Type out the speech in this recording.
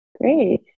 great